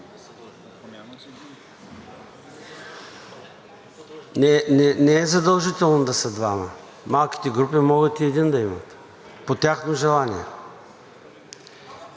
Не е задължително да са двама. Малките групи могат и един да имат по тяхно желание…